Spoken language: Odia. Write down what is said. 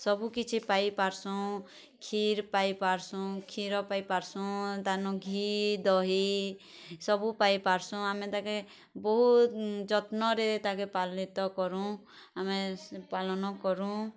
ସବୁ କିଛି ପାଇ ପାର୍ସୁଁ କ୍ଷୀର ପାଇଁ ପାର୍ସୁଁ କ୍ଷୀର ପାଇଁ ପାର୍ସୁଁ ତା ନୁ ଘି ଦହି ସବୁ ପାଇଁ ପାର୍ସୁଁ ଆମେ ତାକେ ବହୁତ୍ ଯତ୍ନରେ ତାକେ ପାଲିତ କରୁଁ ଆମେ ପାଲନ କରୁ